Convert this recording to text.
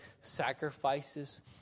sacrifices